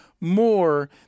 more